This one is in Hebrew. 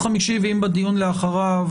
בדיון שאחריו